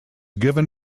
given